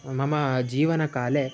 मम जीवनकाले